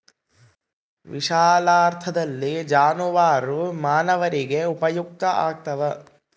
ವಿಶಾಲಾರ್ಥದಲ್ಲಿ ಜಾನುವಾರು ಮಾನವರಿಗೆ ಉಪಯುಕ್ತ ಆಗ್ತಾವ